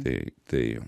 tai tai